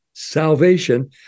Salvation